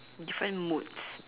different moods